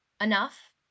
enough